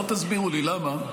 בואו תסבירו לי למה.